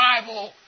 Bible